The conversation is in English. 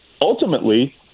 Ultimately